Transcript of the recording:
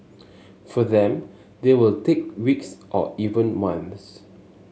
for them they will take weeks or even months